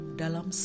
dalam